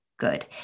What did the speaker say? good